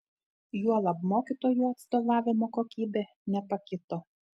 juolab mokytojų atstovavimo kokybė nepakito